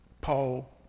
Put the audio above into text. Paul